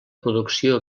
producció